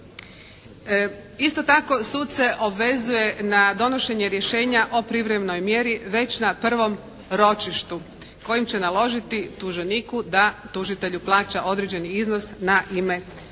Isto tako, suce obvezuje na donošenje rješenja o privremenoj mjeri već na prvom ročištu kojim će naložiti tuženiku da tužitelju plaća određeni iznos na ime